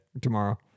tomorrow